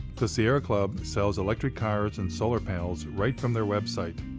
the sierra club sells electric cars and solar panels right from their website.